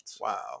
Wow